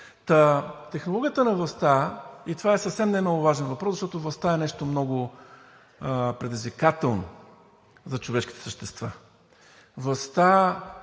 Технологията на властта, и това е съвсем немаловажен въпрос, защото властта е нещо много предизвикателно за човешките същества, властта